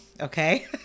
Okay